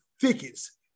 thickets